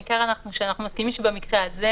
בנוסף,